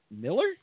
Miller